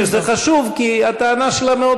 אני חושב שזה חשוב, כי הטענה שלה מאוד